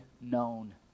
known